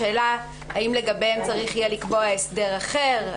השאלה האם לגביהם צריך יהיה לקבוע הסדר אחר.